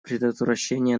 предотвращения